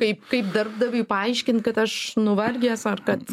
kaip kaip darbdaviui paaiškint kad aš nuvargęs ar kad